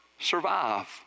survive